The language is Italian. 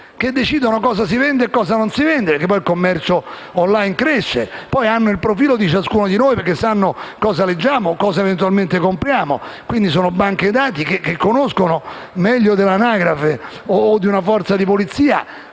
che decidono cosa si vende e cosa no, perché ormai il commercio *online* cresce. Hanno il profilo di ciascuno di noi: sanno cosa leggiamo e cosa eventualmente compriamo. Sono banche dati che conoscono meglio dell'anagrafe o di una forza di polizia